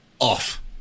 off